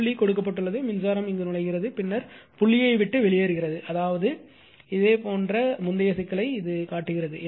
புள்ளி கொடுக்கப்பட்டுள்ளது மின்சாரம் நுழைகிறது பின்னர் புள்ளியை விட்டு வெளியேறுகிறது அதாவது இதேபோன்ற முந்தைய சிக்கலைக் காட்டுகிறது